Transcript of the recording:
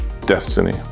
destiny